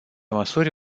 măsuri